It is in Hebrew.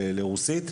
לרוסית,